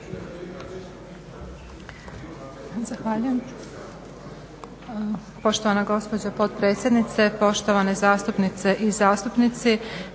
Zahvaljujem